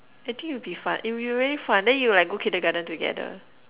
I think it'll be fun it'll be really fun then you'll like go Kindergarten together